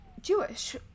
Jewish